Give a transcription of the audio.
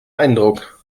eindruck